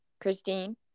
Christine